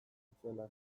itzela